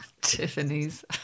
Tiffany's